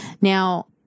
Now